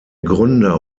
gründer